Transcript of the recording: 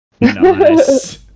Nice